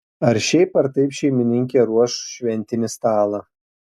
ar šiaip ar taip šeimininkė ruoš šventinį stalą